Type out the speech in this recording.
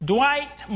Dwight